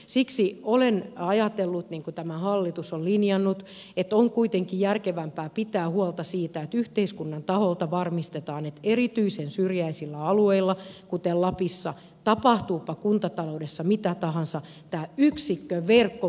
siksi olen ajatellut niin kuin tämä hallitus on linjannut että on kuitenkin järkevämpää pitää huolta siitä että yhteiskunnan taholta varmistetaan että erityisen syrjäisillä alueilla kuten lapissa tapahtuupa kuntataloudessa mitä tahansa tämä yksikköverkko voitaisiin säilyttää